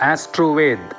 AstroVed